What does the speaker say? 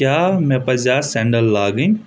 کیاہ مےٚ پَزیا سینڈل لاگٕنۍ